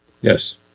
Yes